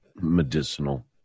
medicinal